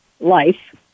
life